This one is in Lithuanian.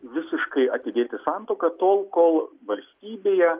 visiškai atidėti santuoką tol kol valstybėje